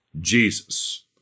jesus